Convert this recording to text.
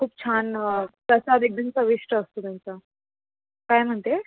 खूप छान प्रसाद एकदम चविष्ट असतो त्यांचा काय म्हणते